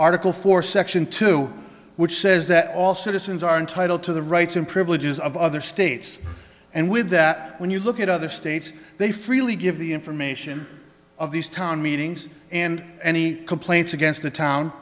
article four section two which says that all citizens are entitled to the rights and privileges of other states and with that when you look at other states they freely give the information of these town meetings and any complaints against the town